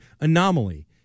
anomaly